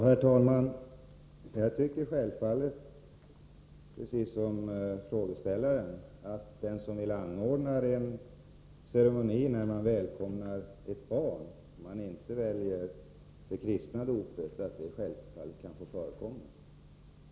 Herr talman! Jag tycker självfallet, precis som frågeställaren, att den som väljer att anordna en annan cermoni än det kristna dopet när man välkomnar ett barn kan få göra det.